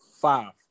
Five